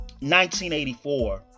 1984